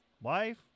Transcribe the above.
wife